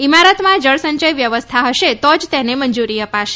ઇમારતમાં જળસંચય વ્યવસ્થા હશે તો જ તેને મંજૂરી અપાશે